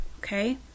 okay